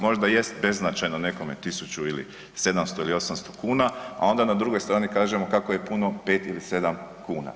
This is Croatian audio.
Možda jest beznačajno nekome 1000 ili 700 ili 800 kn, a onda na drugoj strani kažemo kako je puno 5 ili 7 kuna.